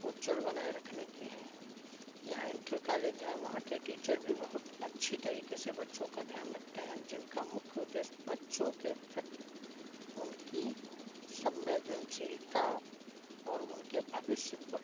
उज्जवल बनाए रखने की है यहाँ इन्टर कॉलेज हैं वहाँ के टीचर भी बहुत अच्छे तरीके से बच्चों का ध्यान रखते हैं जिनका मुख्य उद्देश्य बच्चों के प्रति उनकी संवेदनशीलता और उनके भविष्य पर